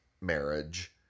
marriage